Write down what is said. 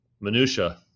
minutia